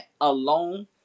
alone